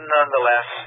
Nonetheless